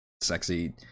sexy